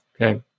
Okay